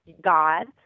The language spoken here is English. god